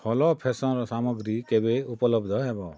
ଫଲ freshener ସାମଗ୍ରୀ କେବେ ଉପଲବ୍ଧ ହେବ